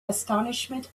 astonishment